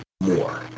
More